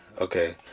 okay